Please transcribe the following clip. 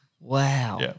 Wow